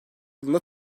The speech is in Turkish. yılında